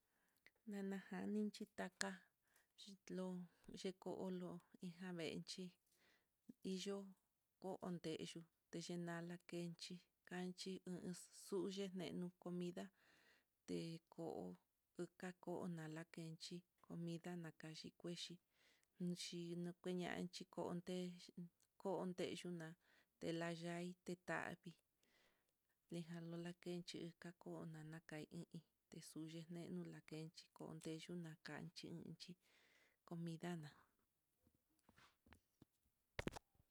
Nanajaninchí taka, chinlon xhiko holo, javenxhi iyo'o ko'o on teyo, texhinala kenchí kanchi uu xuyuu nénu comida teko utako nala kenchi comida nakaxhi kuexhi, yinu kuñanchí ko'o onte kondeyuu na'a, teyela'i tetavii lijalo lakenchi, kakuna naka hi iin texuyene un lakenxhi kodeyu lakanchi, comida na'a.